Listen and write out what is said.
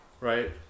right